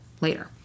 later